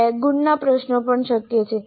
બે ગુણના પ્રશ્નો પણ શક્ય છે